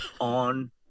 On